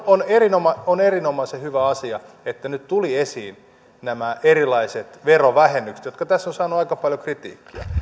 on erinomaisen on erinomaisen hyvä asia että nyt tulivat esiin nämä erilaiset verovähennykset jotka tässä ovat saaneet aika paljon kritiikkiä